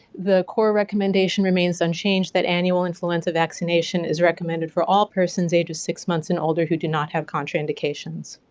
the core recommendation remains so unchanged that annual influenza vaccination is recommended for all persons ages six months and older who do not have contraindications.